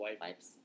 wipes